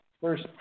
First